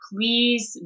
please